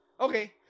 Okay